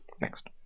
Next